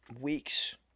weeks